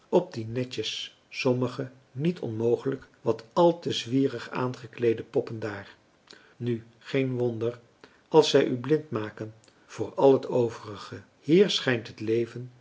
op die netjes sommigen niet onmogelijk wat al te zwierig aangekleede poppen daar nu geen wonder als zij u blind maken voor al het overige hier schijnt het leven